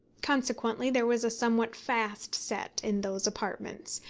consequently there was a somewhat fast set in those apartments,